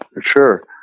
sure